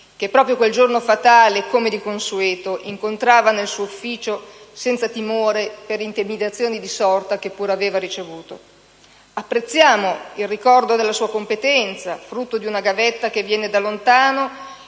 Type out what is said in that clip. che proprio quel giorno fatale, come di consueto, incontrava nel suo ufficio, senza timore per intimidazioni di sorta, che pure aveva ricevuto. Apprezziamo il ricordo della sua competenza, frutto di una gavetta che viene da lontano